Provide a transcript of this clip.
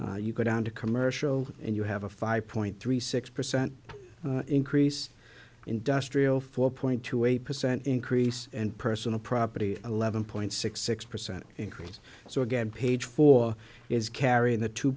you go down to commercial and you have a five point three six percent increase industrial four point two eight percent increase and personal property eleven point six six percent increase so again page four is carrying the two